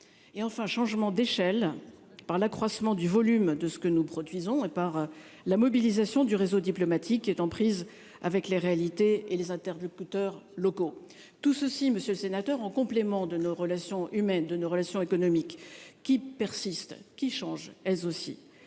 Et enfin, changement d'échelle par l'accroissement du volume de ce que nous produisons et par la mobilisation du réseau diplomatique est en prise avec les réalités et les interlocuteurs locaux tout ceci Monsieur le Sénateur, en complément de nos relations humaines de nos relations économiques qui persistent qui changent, elles aussi,